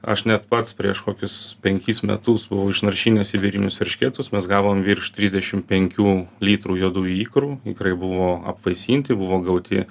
aš net pats prieš kokius penkis metus buvau išnaršinęs sibirinius eršketus mes gavom virš trisdešim penkių litrų juodųjų ikrų ikrai buvo apvaisinti buvo gauti